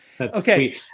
Okay